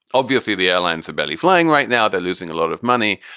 obviously, the airlines are barely flying right now. they're losing a lot of money.